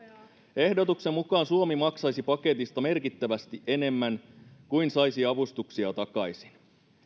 ehdotuksen mukaan suomi maksaisi paketista merkittävästi enemmän kuin saisi avustuksia takaisin